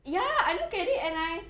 ya I look at it and I